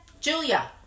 Julia